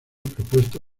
propuesta